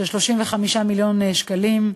35 מיליון שקלים,